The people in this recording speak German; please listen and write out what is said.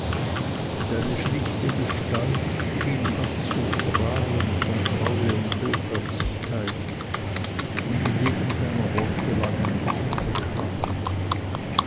seine schlichte gestalt schien fast zu strahlen von treue und hochherzigkeit und in jedem seiner worte lag eine tiefe kraft